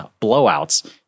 blowouts